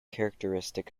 characteristic